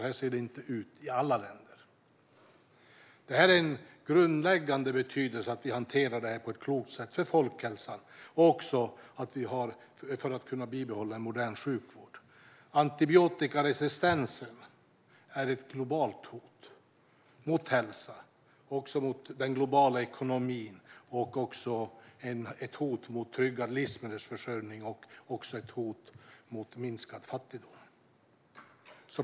Så ser det inte ut i alla länder. Det är av grundläggande betydelse att vi hanterar detta på ett klokt sätt. Det är av vikt för folkhälsan och för att vi ska kunna bibehålla en modern sjukvård. Antibiotikaresistensen är ett globalt hot mot hälsan, mot ekonomin, mot tryggande av livsmedförsörjning och ett hot mot minskad fattigdom.